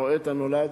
הרואה את הנולד.